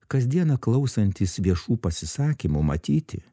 kasdieną klausantis viešų pasisakymų matyti